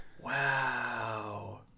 Wow